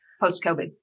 post-COVID